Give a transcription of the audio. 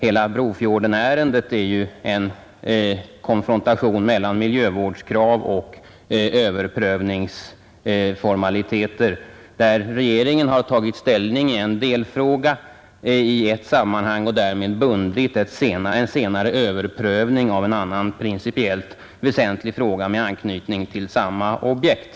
Hela Brofjordenärendet är ju en konfrontation mellan miljövårdskrav och överprövningsformaliteter, där regeringen i ett sammanhang tagit ställning i en delfråga och därmed bundit en senare överprövning av en annan principiellt väsentlig fråga med anknytning till samma objekt.